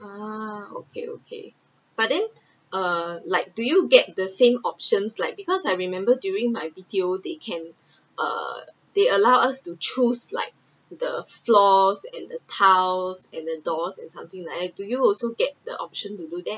uh okay okay but then err like do you get the same option like because I remembered during my B_T_O they can uh they allowed us to choose like the floors and the tiles and the doors and something like that do you also get the option to do that